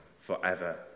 forever